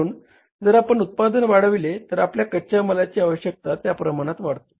म्हणून जर आपण उत्पादन वाढविले तर आपली कच्या मालाची आवश्यकता त्या प्रमाणात वाढते